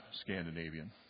Scandinavian